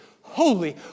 holy